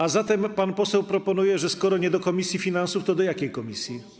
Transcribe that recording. A zatem pan poseł proponuje, że skoro nie do komisji finansów, to do jakiej komisji?